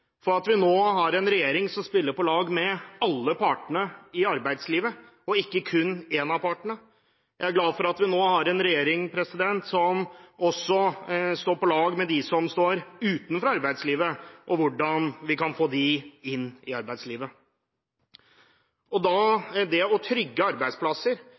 for at vi nå har en regjering som spiller på lag med alle partene i arbeidslivet, og ikke kun en av partene. Jeg er glad for at vi nå har en regjering som også står på lag med dem som står utenfor arbeidslivet, og ser på hvordan vi kan få dem inn i arbeidslivet. Det å trygge arbeidsplasser